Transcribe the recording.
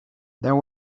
there